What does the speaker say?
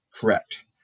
Correct